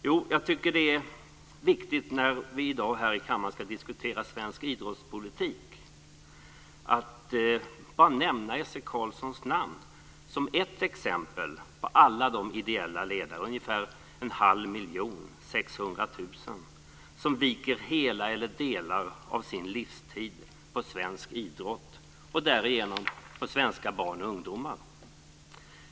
Jo, jag tycker att det är viktigt att i dag, när vi här i kammaren diskuterar svensk idrottspolitik, nämna Esse Carlsson som ett exempel bland alla ideella ledare, 600 000, som viker hela, eller delar av, sin livstid för svensk idrott och därigenom för svenska barn och ungdomar.